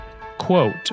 Quote